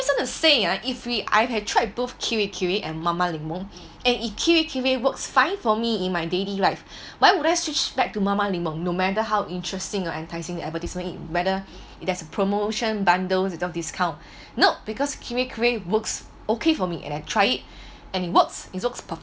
so to say uh if we I had tried both Kirei Kirei and Mama Lemon and if Kirei Kirei works fine for me in my daily life why would I switched back to Mama Lemon no matter how interesting or enticing the advertisement it whether it does a promotion bundles it don't discount nope because Kirei Kirei works okay for me and I tried and it works it looks